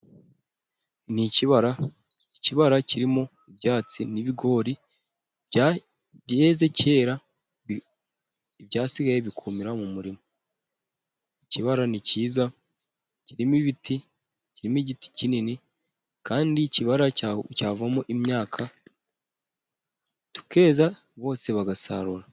Ni ikibara, ikibara kirimo ibyatsi n'ibigori bya byeze kera ibyasigaye bikumira mu murima. Ikibara ni kiza kirimo ibiti kirimo igiti kinini kandi ikibara cyavamo imyaka tukeza bose bagasarura.